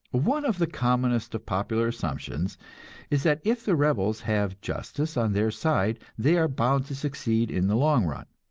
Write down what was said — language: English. one of the commonest of popular assumptions is that if the rebels have justice on their side, they are bound to succeed in the long run